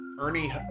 Ernie